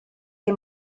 que